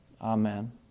Amen